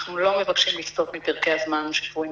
אנחנו לא מבקשים לסטות מפרקי הזמן שקבועים